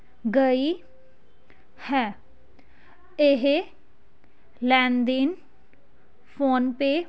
ਗਈ ਹੈ ਇਹ ਲੈਣ ਦੇਣ ਫੋਨਪੇ